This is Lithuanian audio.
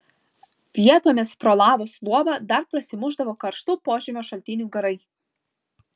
vietomis pro lavos luobą dar prasimušdavo karštų požemio šaltinių garai